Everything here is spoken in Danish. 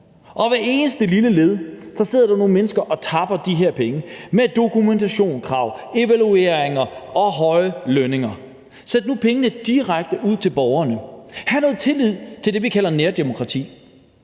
Og i hvert eneste lille led sidder der nogle mennesker og tapper de her penge med dokumentationskrav, evalueringer og høje lønninger. Send nu pengene direkte ud til borgerne. Hav noget tillid til det, vi kalder nærdemokrati.